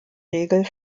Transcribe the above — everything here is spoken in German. regel